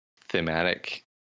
thematic